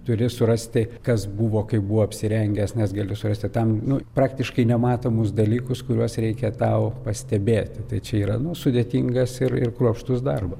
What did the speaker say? turi surasti kas buvo kaip buvo apsirengęs nes gali surasti tam praktiškai nematomus dalykus kuriuos reikia tau pastebėti tai čia yra nu sudėtingas ir ir kruopštus darba